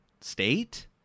state